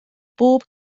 bob